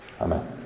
Amen